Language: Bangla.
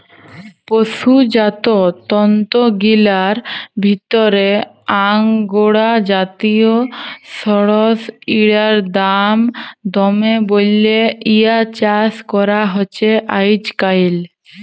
পসুজাত তন্তুগিলার ভিতরে আঙগোরা জাতিয় সড়সইড়ার দাম দমে বল্যে ইয়ার চাস করা হছে আইজকাইল